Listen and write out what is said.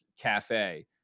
cafe